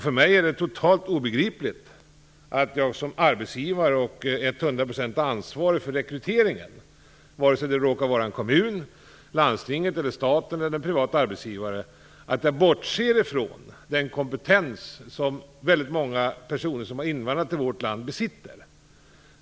För mig är det totalt obegripligt att jag som arbetsgivare och hundra procent ansvarig för rekryteringen, vare sig det råkar vara hos en kommun, landstinget, staten eller en privat arbetsgivare, skulle bortse från den kompetens som väldigt många personer som har invandrat till vårt land besitter.